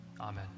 amen